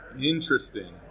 Interesting